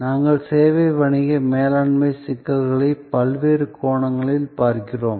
நாங்கள் சேவை வணிக மேலாண்மை சிக்கல்களை பல்வேறு கோணங்களில் பார்க்கிறோம்